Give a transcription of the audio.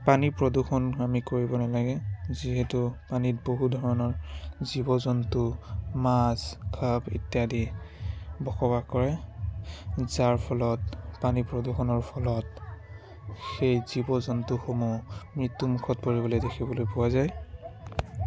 পানী প্ৰদূষণ আমি কৰিব নালাগে যিহেতু পানীত বহু ধৰণৰ জীৱ জন্তু মাছ সাপ ইত্যাদি বসবাস কৰে যাৰ ফলত পানী প্ৰদূষণৰ ফলত সেই জীৱ জন্তুসমূহ মৃত্যু মুখত পৰিবলৈ দেখিবলৈ পোৱা যায়